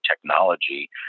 technology